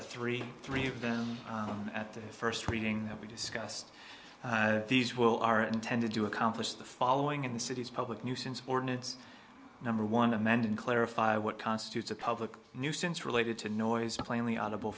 are three three of them at the first reading that we discussed these well are intended to accomplish the following in the city's public nuisance ordinates number one and then clarify what constitutes a public nuisance related to noise plainly audible